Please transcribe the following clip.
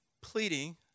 pleading